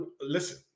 listen